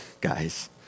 guys